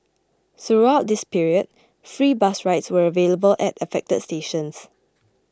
throughout this period free bus rides were available at affected stations